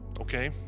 okay